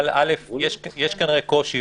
אבל יש כנראה קושי,